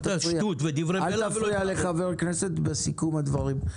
אל תפריע לחבר כנסת בסיכום הדברים.